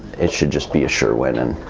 it should just be assure when and